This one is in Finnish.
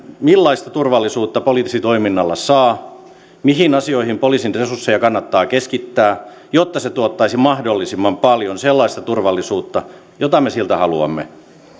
millaista turvallisuutta poliisitoiminnalla saa mihin asioihin poliisin resursseja kannattaa keskittää jotta se tuottaisi mahdollisimman paljon sellaista turvallisuutta jota me siltä haluamme